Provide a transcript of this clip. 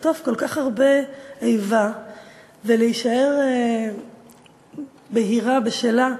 לחטוף כל כך הרבה איבה ולהישאר בהירה בשלה.